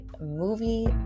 movie